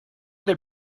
del